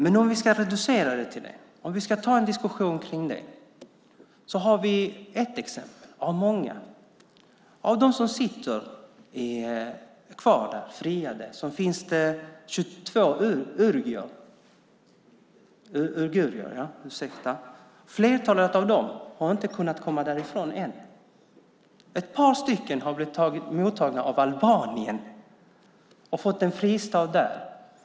Men om vi ska reducera det till det och ta en diskussion om det tar jag ett exempel av många. Bland de friade som sitter kvar finns 22 uigurer. Flertalet av dem har inte kunnat komma därifrån än. Ett par stycken har blivit mottagna av Albanien och fått en fristad där.